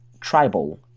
tribal